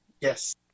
yes